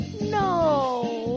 No